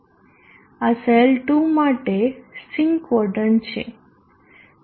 આ સેલ 2 માટે sink quadrant છે